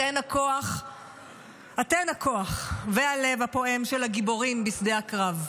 אתן הכוח והלב הפועם של הגיבורים בשדה הקרב.